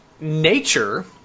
Nature